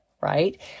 right